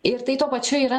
ir tai tuo pačiu yra